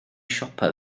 siopa